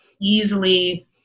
easily